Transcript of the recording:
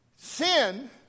Sin